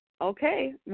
Okay